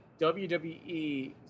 WWE